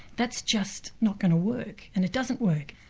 that's just not going to work, and it doesn't work.